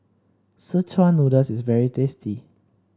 Szechuan Noodle is very tasty